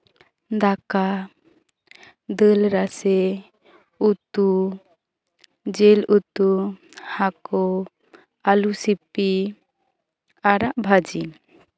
ᱫᱟᱠᱟ ᱫᱟᱹᱞ ᱨᱟᱥᱮ ᱩᱛᱩ ᱡᱤᱞ ᱩᱛᱩ ᱦᱟᱹᱠᱩ ᱟᱞᱩ ᱥᱤᱯᱤ ᱟᱲᱟᱜ ᱵᱷᱟᱹᱡᱤ